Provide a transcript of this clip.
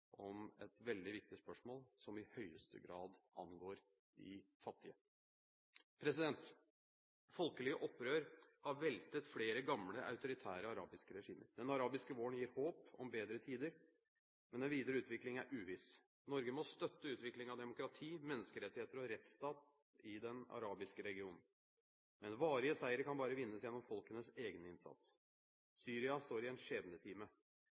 om et veldig viktig spørsmål som i høyeste grad angår de fattige. Folkelige opprør har veltet flere gamle autoritære arabiske regimer. Den arabiske våren gir håp om bedre tider, men den videre utvikling er uviss. Norge må støtte utvikling av demokrati, menneskerettigheter og rettsstat i den arabiske regionen. Men varige seire kan bare vinnes gjennom folkenes egen innsats. Syria står i en